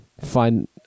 find